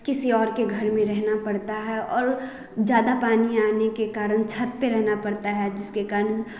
किसी और के घर में रहना पड़ता है और ज़्यादा पानी आने के कारण छत पे रहना पड़ता है जिसके कारण